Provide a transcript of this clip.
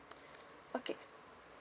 okay